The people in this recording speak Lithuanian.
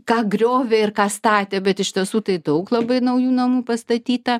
ką griovė ir ką statė bet iš tiesų tai daug labai naujų namų pastatyta